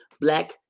black